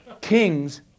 Kings